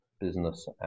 business